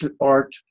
art